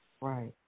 Right